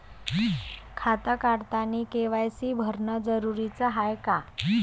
खातं काढतानी के.वाय.सी भरनं जरुरीच हाय का?